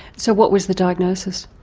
so what was the diagnosis?